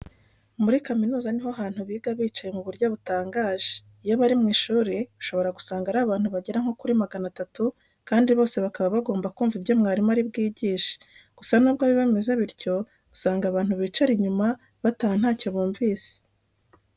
Muri kaminuza ni ho hantu biga bicaye mu buryo butangaje. Iyo bari mu ishuri ushobora gusanga ari abantu bagera nko muri magana atatu kandi bose bakaba bagomba kumva ibyo mwarimu ari bwigishe. Gusa nubwo biba bimeze bityo usanga abantu bicara inyuma bataha ntacyo bumvise.